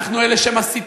אנחנו אלה שמסיתים,